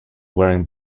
wearing